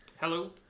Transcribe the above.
Hello